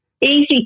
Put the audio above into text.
easy